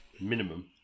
Minimum